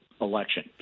election